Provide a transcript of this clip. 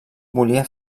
volia